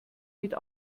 mit